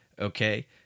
okay